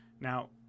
Now